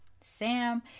Sam